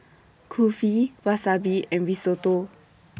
Kulfi Wasabi and Risotto